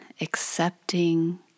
Accepting